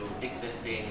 existing